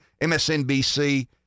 MSNBC